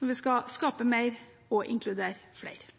når vi skal skape mer og inkludere flere.